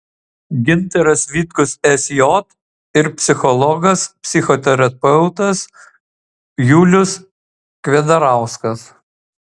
gintaras vitkus sj ir psichologas psichoterapeutas julius kvedarauskas